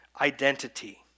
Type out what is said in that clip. identity